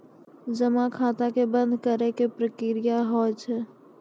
जमा खाता के बंद करे के की प्रक्रिया हाव हाय?